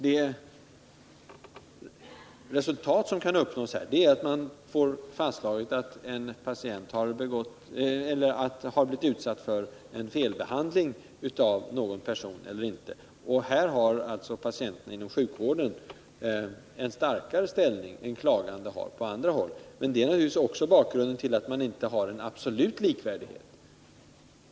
De resultat som nu kan uppnås är att man får fastlagt om en patient har blivit utsatt för en felbehandling av någon person eller inte. Här har alltså patienterna inom sjukvården en starkare ställning än klagande har på andra Nr 56 håll. Det är naturligtvis också bakgrunden till att man inte har en absolut Tisdagen den likvärdighet.